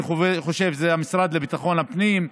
אני חושב שזה המשרד לביטחון הפנים,